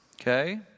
okay